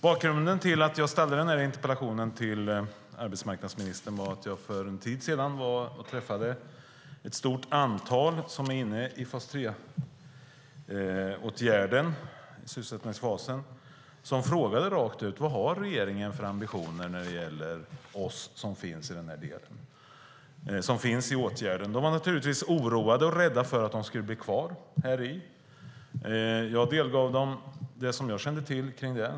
Bakgrunden till att jag har ställt interpellationen till arbetsmarknadsministern är att jag för en tid sedan var och träffade ett stort antal människor som är inne i åtgärden fas 3 - sysselsättningsfasen. De frågade rakt ut: Vad har regeringen för ambitioner när det gäller oss - vi som finns i den här åtgärden? De var naturligtvis oroade och rädda för att de skulle bli kvar häri. Jag delgav dem det som jag känner till om det.